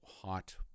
hot